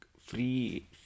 free